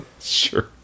Sure